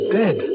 dead